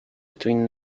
between